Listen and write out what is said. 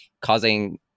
causing